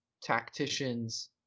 tacticians